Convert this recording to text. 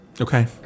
Okay